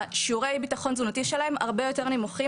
שיעורי הביטחון התזונתי שלהם הרבה יותר נמוכים